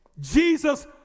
Jesus